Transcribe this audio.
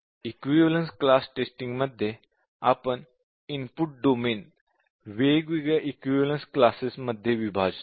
equivalence class testing मध्ये आपण input domain वेगवेगळ्या इक्विवलेन्स क्लासेस मध्ये विभाजतो